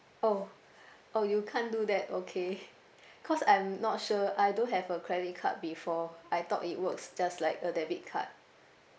oh oh you can't do that okay cause I'm not sure I don't have a credit card before I thought it works just like a debit card